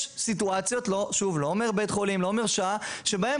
יש סיטואציות לא אומר בית חולים או שעה שבהם